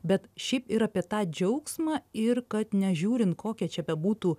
bet šiaip ir apie tą džiaugsmą ir kad nežiūrint kokie čia bebūtų